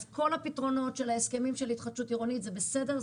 כל הפתרונות של ההסכמים של התחדשות עירונית זה בסדר,